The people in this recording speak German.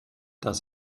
dass